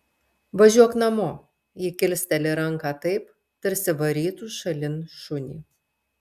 važiuok namo ji kilsteli ranką taip tarsi varytų šalin šunį